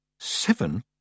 Seven